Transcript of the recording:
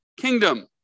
kingdom